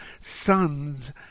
sons